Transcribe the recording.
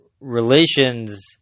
relations